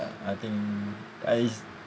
I think I